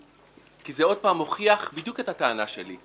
כי זה עוד פעם מוכיח בדיוק את הטענה שלי,